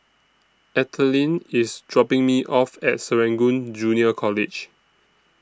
Ethelyn IS dropping Me off At Serangoon Junior College